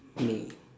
me